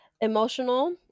emotional